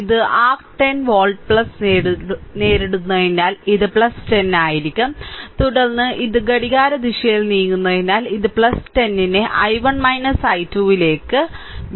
ഇത് R 10 volt നേരിടുന്നതിനാൽ ഇത് 10 ആയിരിക്കും തുടർന്ന് ഇത് ഘടികാരദിശയിൽ നീങ്ങുന്നതിനാൽ ഇത് 10 നെ I1 I2 ലേക്ക് I1 I2 ലേക്ക് വിളിക്കുന്നു